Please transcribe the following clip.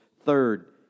third